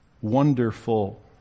wonderful